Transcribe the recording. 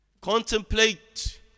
contemplate